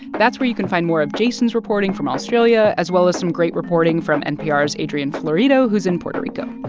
that's where you can find more of jason's reporting from australia, as well as some great reporting from npr's adrian florido, who's in puerto rico.